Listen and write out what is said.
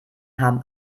haben